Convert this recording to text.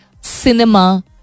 cinema